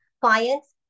clients